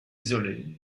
isolées